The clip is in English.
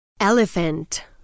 Elephant